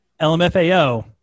LMFAO